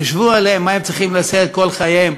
חשבו עליהם, מה הם צריכים לשאת כל חייהם: